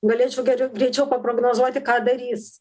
galėčiau geriau greičiau paprognozuoti ką darys